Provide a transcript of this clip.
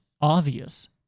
obvious